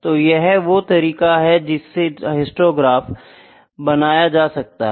तो यह वो तरीका है जिससे हिस्टोग्राफ बनाया जाता है